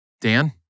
Dan